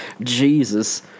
Jesus